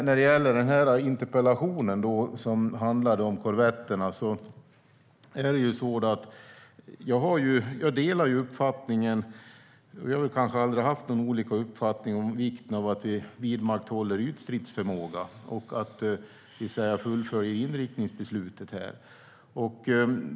När det gäller interpellationen som handlade om korvetterna delar jag uppfattningen - vi har kanske aldrig haft olika uppfattning - om vikten av att vi vidmakthåller ytstridsförmåga och fullföljer inriktningsbeslutet.